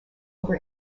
over